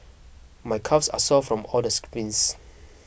my calves are sore from all the sprints